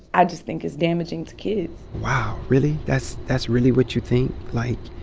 i just think it's damaging to kids wow. really? that's that's really what you think? like,